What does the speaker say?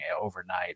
overnight